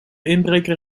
inbreker